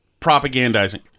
propagandizing